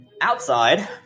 Outside